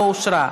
לא אושרה.